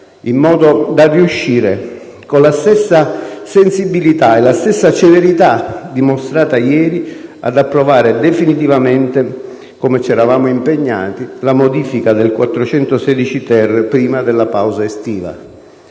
in modo da riuscire, con la stessa sensibilità e la stessa celerità dimostrata ieri, ad approvare definitivamente, come ci eravamo impegnati, la modifica del 416-*ter* prima della pausa estiva.